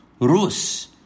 Rus